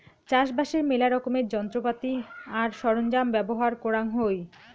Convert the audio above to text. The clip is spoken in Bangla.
চাষবাসের মেলা রকমের যন্ত্রপাতি আর সরঞ্জাম ব্যবহার করাং হই